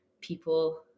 people